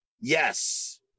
Yes